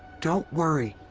don't worry!